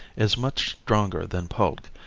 is much stronger than pulque,